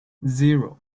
zero